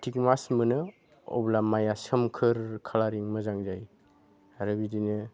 मास मोनो अब्ला माइआ सोमखोर कालारिं मोजां जायो आरो बिदिनो